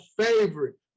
favorite